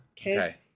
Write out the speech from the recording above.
Okay